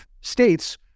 states